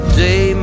day